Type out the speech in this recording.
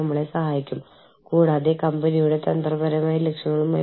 ആ രാജ്യത്ത് ആളുകൾക്കുള്ള കരാറുകൾ എങ്ങനെയാണ് നിങ്ങൾ തയ്യാറാക്കുന്നത്